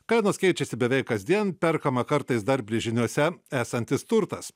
kainos keičiasi beveik kasdien perkama kartais dar brėžiniuose esantis turtas